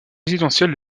résidentiels